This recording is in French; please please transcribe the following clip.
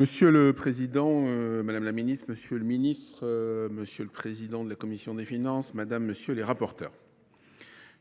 Monsieur le Président, Madame la Ministre, Monsieur le Ministre, Monsieur le Président de la Commission des Finances, Madame, Monsieur, les rapporteurs.